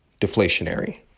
deflationary